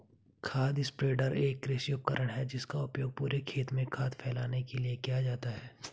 खाद स्प्रेडर एक कृषि उपकरण है जिसका उपयोग पूरे खेत में खाद फैलाने के लिए किया जाता है